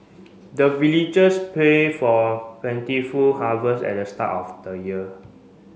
the villagers pray for plentiful harvest at the start of the year